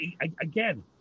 again